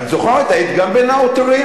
את זוכרת, היית גם בין העותרים?